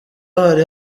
hari